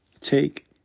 take